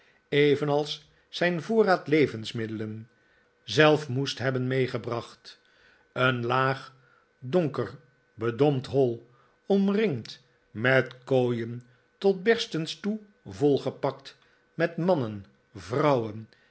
evenals zijn voorraad levensmiddelen zelf moest hebben meegebracht een laag donker bedompt hoi omringd met kooien tot berstens toe volgepakt met mannen vrouwen